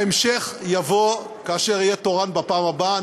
ההמשך יבוא כאשר אהיה תורן בפעם הבאה.